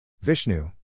Vishnu